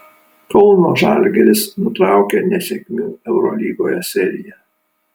kauno žalgiris nutraukė nesėkmių eurolygoje seriją